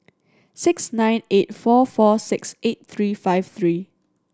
six nine eight four four six eight three five three